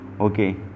Okay